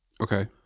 okay